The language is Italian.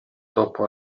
dopo